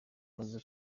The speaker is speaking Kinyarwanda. yamaze